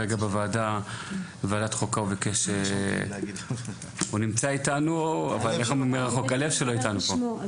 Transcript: שנמצא כרגע בוועדת חוקה וביקש למסור שהוא איתנו מרחוק ושהלב שלו פה.